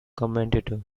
commentator